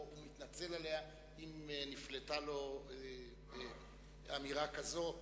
או התנצל עליה אם נפלטה לו אמירה כזאת,